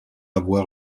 avoir